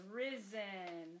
risen